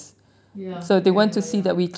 ya ya ya ya